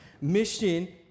Mission